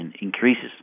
increases